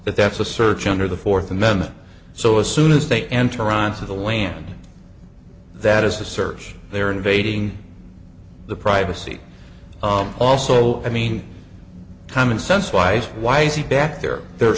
but that's a search under the fourth amendment so as soon as they enter onto the land that is a search they're invading the privacy also i mean common sense wise why is he back there they're